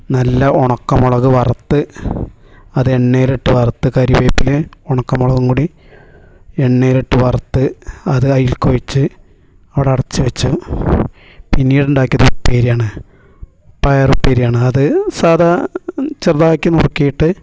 നല്ല ഉണക്കമുളക് വറുത്ത് അത് എണ്ണയിലിട്ട് വറുത്ത് കരിവേപ്പിലയും ഉണക്കമുളകും കൂടി എണ്ണയിലിട്ട് വറുത്ത് അത് അതിലേക്ക് ഒഴിച്ച് അവിടെ അടച്ച് വെച്ചു പിന്നീട് ഉണ്ടാക്കിയത് ഉപ്പേരി ആണ് പയർ ഉപ്പേരി ആണ് അത് സാദാ ചെറുതാക്കി നുറുക്കിയിട്ട്